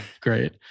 great